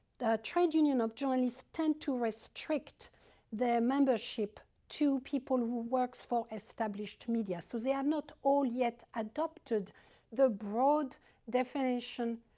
the trade unions of journalists tend to restrict their membership to people who work for established media, so they have not all yet adopted the broad definition,